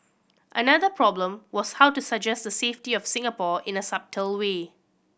another problem was how to suggest the safety of Singapore in a subtle way